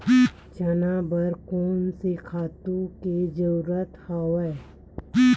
चना बर कोन से खातु के जरूरत हवय?